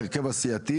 אלא ההרכב הסיעתי,